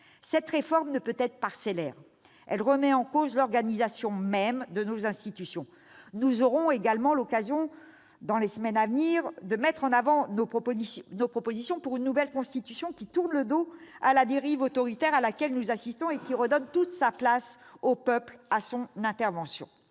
Cette réforme ne peut être parcellaire. Elle remet en cause l'organisation même de nos institutions. Nous aurons l'occasion dans les semaines à venir de mettre en avant nos propositions pour une nouvelle Constitution qui tourne le dos à la dérive autoritaire à laquelle nous assistons et qui redonne toute sa place au peuple, à son intervention.